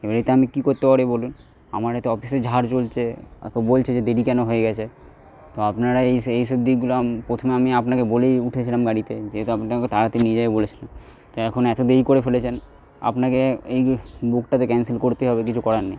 এবারে তো আমি কী করতে পারি বলুন আমার এত অফিসে ঝাড় চলছে ওকে বলছি যে দেরি কেন হয়ে গিয়েছে তো আপনারা এই এইসব দিকগুলো প্রথমে আমি আপনাকে বলেই উঠেছিলাম গাড়িতে যেহেতু আপনি আমাকে তাড়াতাড়ি নিয়ে যাবে বলেছিলেন তা এখন এত দেরি করে ফেলেছেন আপনাকে এই বুকটা তো ক্যানসেল করতেই হবে কিছু করার নেই